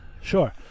Sure